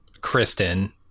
Kristen